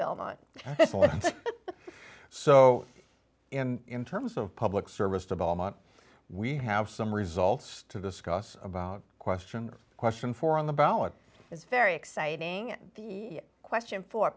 belmont so in terms of public service to belmont we have some results to discuss about question question for on the ballot is very exciting the question for